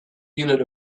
unit